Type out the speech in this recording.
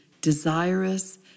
desirous